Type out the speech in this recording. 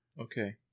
Okay